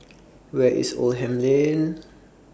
Where IS Oldham Lane